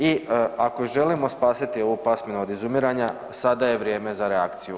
I ako želimo spasiti ovu pasminu od izumiranja sada je vrijeme za reakciju.